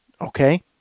Okay